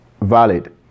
valid